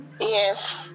Yes